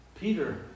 Peter